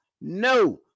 No